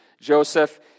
Joseph